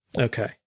Okay